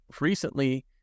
recently